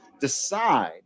decide